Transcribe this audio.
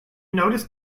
notice